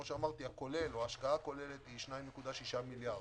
וההשקעה הכוללת היא 2.6 מיליארד.